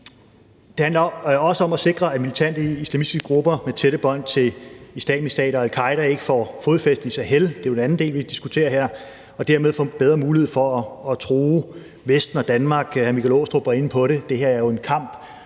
Det handler også om at sikre, at militante islamistiske grupper med tætte bånd til Islamisk Stat og al-Qaeda ikke får fodfæste i Sahel – det er jo den anden del af det, vi diskuterer her – og dermed får bedre mulighed for at true Danmark og Vesten. Hr. Michael Aastrup Jensen var inde på det. Det her er jo en kamp